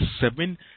seven